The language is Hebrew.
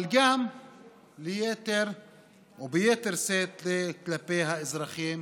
אבל גם ביתר שאת כלפי האזרחים